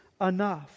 enough